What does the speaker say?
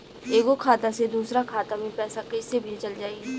एगो खाता से दूसरा खाता मे पैसा कइसे भेजल जाई?